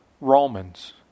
Romans